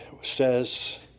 says